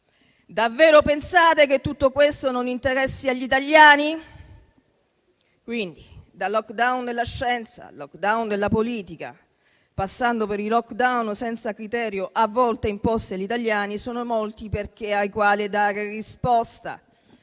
Davvero pensate che tutto questo non interessi agli italiani? Quindi dal *lockdown* della scienza al *lockdown* della politica, passando per i *lockdown* senza criterio a volte imposti agli italiani, sono molti i perché ai quali dare risposte.